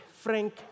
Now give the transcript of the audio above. Frank